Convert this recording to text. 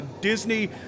Disney